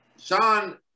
Sean